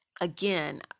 again